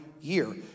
year